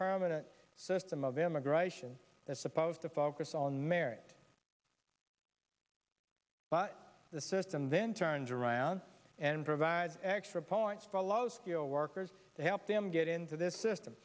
permanent system of immigration that's supposed to focus on merit but the and then turns around and provide extra points for low skill workers to help them get into this system